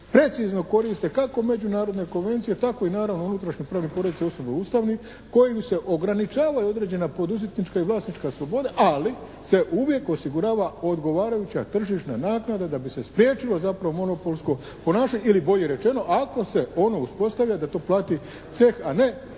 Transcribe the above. precizno koriste kako međunarodne konvencije tako i naravno unutrašnji pravni poreci odnosno ustavni kojim se ograničava i određena poduzetnička i vlasnička sloboda, ali se uvijek osigurava odgovarajuća tržišna naknada da bi se spriječilo zapravo monopolsko ponašanje, ili bolje rečeno ako se ono uspostavlja da to plati ceh, a ne